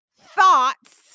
thoughts